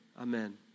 amen